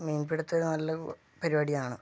മീൻ പിടുത്തം ഒരു നല്ലൊരു പരിപാടിയാണ്